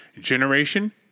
Generation